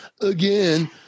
again